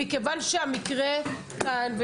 מכיוון שהמקרה כאן,